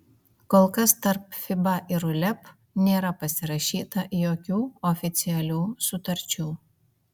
kol kas tarp fiba ir uleb nėra pasirašyta jokių oficialių sutarčių